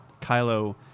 Kylo